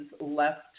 left